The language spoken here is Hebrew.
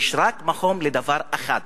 יש רק מקום לדבר אחד,